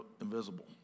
invisible